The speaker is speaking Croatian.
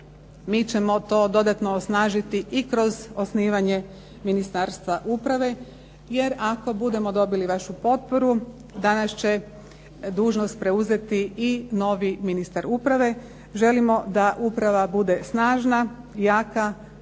mi ćemo to dodatno osnažiti i kroz osnivanje Ministarstva uprave, jer ako budemo dobili vašu potporu danas će dužnost preuzeti i novi ministar uprave. Želimo da uprava bude snažna, jaka